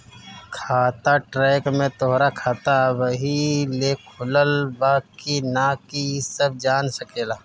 खाता ट्रैक में तोहरा खाता अबही ले खुलल बा की ना इ सब जान सकेला